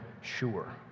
sure